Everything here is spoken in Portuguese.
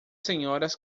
senhoras